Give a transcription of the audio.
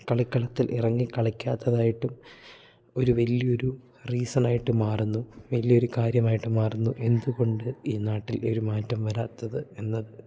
കളിക്കളത്തിൽ ഇറങ്ങി കളിക്കാത്തതായിട്ടും ഒരു വലിയ ഒരു റീസണായിട്ട് മാറുന്നു വലിയ ഒരു കാര്യമായിട്ട് മാറുന്നു എന്തുകൊണ്ട് ഈ നാട്ടിൽ ഒരു മാറ്റം വരാത്തത് എന്നത്